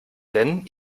denn